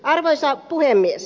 arvoisa puhemies